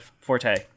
forte